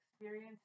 experience